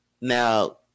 now